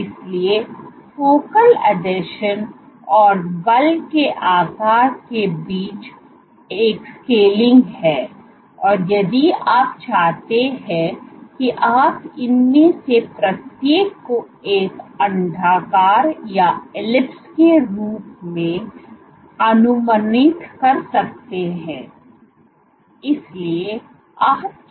इसलिए फोकल आसंजन और बल के आकार के बीच एक स्केलिंग है और यदि आप चाहते हैं कि आप इनमें से प्रत्येक को एक अंडाकार के रूप में अनुमानित कर सकते हैं